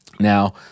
Now